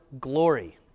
glory